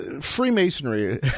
Freemasonry